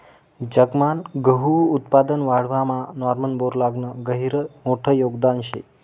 जगमान गहूनं उत्पादन वाढावामा नॉर्मन बोरलॉगनं गहिरं मोठं योगदान शे